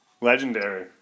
Legendary